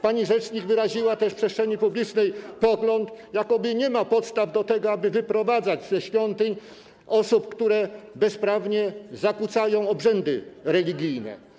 Pani rzecznik wyraziła też w przestrzeni publicznej pogląd, jakoby nie ma podstaw do tego, aby wyprowadzać ze świątyń osoby, które bezprawnie zakłócają obrzędy religijne.